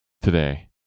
today